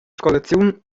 scolaziun